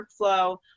workflow